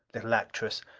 little actress!